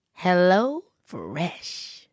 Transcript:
HelloFresh